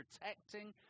protecting